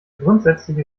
grundsätzlich